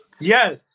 Yes